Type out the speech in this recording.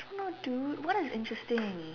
what do what is interesting